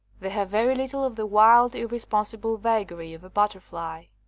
they have very little of the wild, irresponsible vagary of a butterfly.